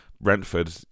Brentford